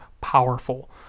powerful